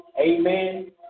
Amen